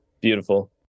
Beautiful